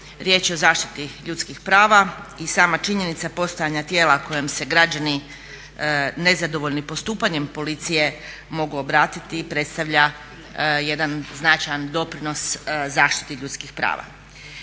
riječ je o zaštiti ljudskih prava i sama činjenica postojanja tijela kojem se građani nezadovoljni postupanjem policije mogu obratiti predstavlja jedan značajan doprinos zaštiti ljudskih prava.